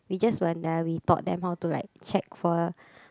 we just went there we taught them how to like check for